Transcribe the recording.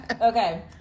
Okay